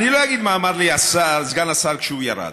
אני לא אגיד מה אמר לי סגן השר כשהוא ירד.